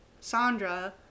Sandra